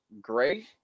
great